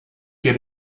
get